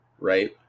Right